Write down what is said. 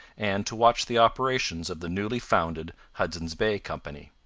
and to watch the operations of the newly founded hudson's bay company.